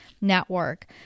network